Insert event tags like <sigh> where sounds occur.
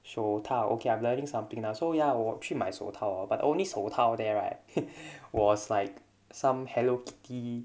手套 okay I'm learning something now so ya 我去买手套 hor but only 手套 there right <laughs> was like some hello kitty